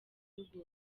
urugo